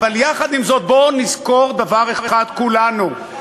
אבל יחד עם זאת, בואו נזכור דבר אחד כולנו: